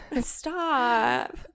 Stop